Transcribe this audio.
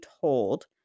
told